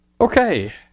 Okay